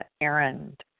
errand